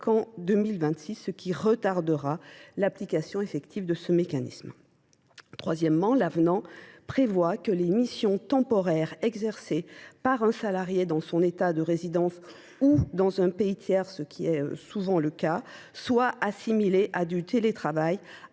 qu’en 2026, retardant l’application effective de ce mécanisme. En outre, l’avenant prévoit que les missions temporaires exercées par un salarié dans son État de résidence ou dans un pays tiers, lesquelles sont fréquentes, sont assimilées à du télétravail,